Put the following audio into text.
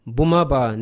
Bumaba